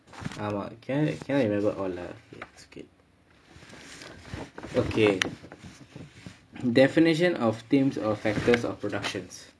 ஆமா:aamaa can~ cannot remember it's okay okay definition of themes of factors of productions